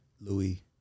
louis